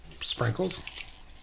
sprinkles